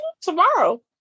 tomorrow